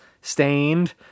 Stained